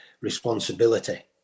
responsibility